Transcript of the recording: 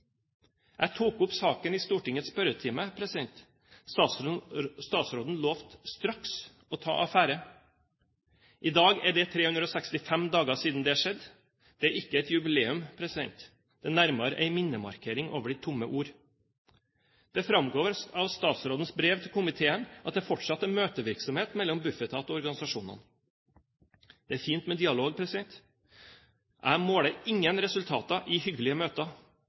Jeg tok opp saken i Stortingets spørretime. Statsråden lovte straks å ta affære. I dag er det 365 dager siden det skjedde. Det er ikke et jubileum, det er nærmere en minnemarkering over de tomme ord. Det framgår av statsrådens brev til komiteen at det fortsatt er møtevirksomhet mellom Bufetat og organisasjonene. Det er fint med dialog. Jeg måler ingen resultater i hyggelige møter.